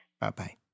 Bye-bye